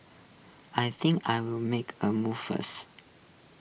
I think I'll make A move first